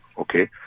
okay